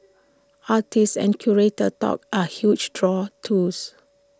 artist and curator talks are huge draws too